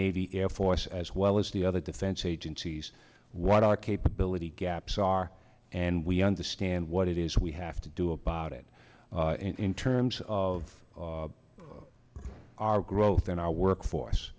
navy air force as well as the other defense agencies what our capability gaps are and we understand what it is we have to do about it in terms of our growth in our